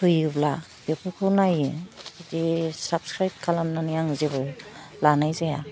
होयोब्ला बेफोरखौ नायो बिदि साबसक्राइब खालामनानै आङो जेबो लानाय जाया